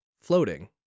floating